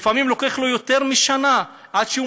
לפעמים לוקח לו יותר משנה עד שהוא